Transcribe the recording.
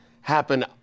happen